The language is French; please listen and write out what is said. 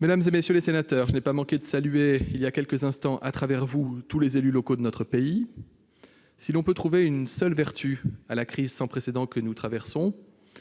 Mesdames, messieurs les sénateurs, je n'ai pas manqué de saluer voilà quelques instants, à travers vous, tous les élus locaux de notre pays. Si l'on peut trouver une seule vertu à la crise sans précédent que nous traversons,